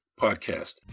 Podcast